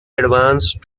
advanced